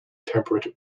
temperate